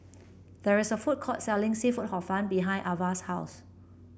there is a food court selling seafood Hor Fun behind Avah's house